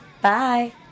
Bye